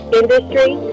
industry